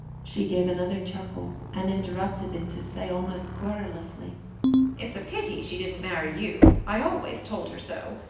she gave another chuckle, and interrupted it to say almost querulously it's a pity she didn't marry you i always told her so.